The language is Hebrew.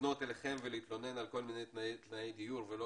לפנות אליכם ולהתלונן על כל מיני תנאי דיור ולא